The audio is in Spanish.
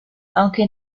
aunque